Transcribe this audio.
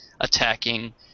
attacking